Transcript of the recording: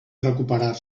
recuperar